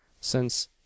since